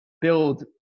build